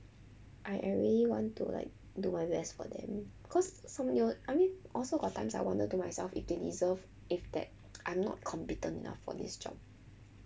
I I really want to like do my best for them cause some new~ I mean also got times I wonder to myself if they deserve if that I'm not competent enough for this job